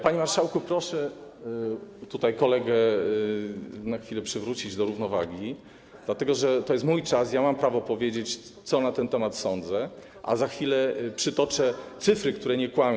Panie marszałku, proszę tutaj na chwilę przywrócić kolegę do równowagi, dlatego że to jest mój czas, mam prawo powiedzieć, co na ten temat sądzę, a za chwilę przytoczę cyfry, które nie kłamią.